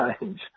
change